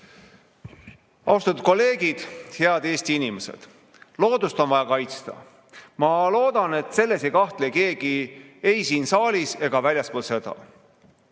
Austatud kolleegid! Head Eesti inimesed! Loodust on vaja kaitsta. Ma loodan, et selles ei kahtle keegi ei siin saalis ega väljaspool seda.